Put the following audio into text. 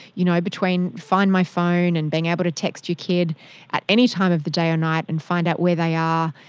you know between find my phone and being able to text your kid at anytime of the day or night and find out where they are,